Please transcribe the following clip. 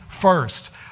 first